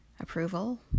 Approval